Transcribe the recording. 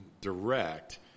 direct